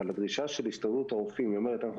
אבל הדרישה של הסתדרות הרופאים אומרת: אנחנו